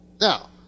Now